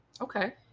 Okay